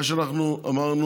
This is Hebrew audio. מה שאמרנו,